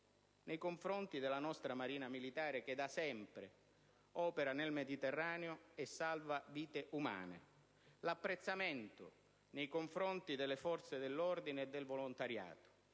nei confronti della nostra Marina militare, che da sempre opera nel Mediterraneo e salva vite umane, l'apprezzamento nei confronti delle forze dell'ordine e del volontariato.